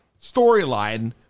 storyline